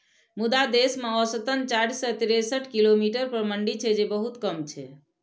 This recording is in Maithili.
मुदा देश मे औसतन चारि सय तिरेसठ किलोमीटर पर मंडी छै, जे बहुत कम छै